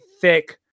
thick